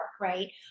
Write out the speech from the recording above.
right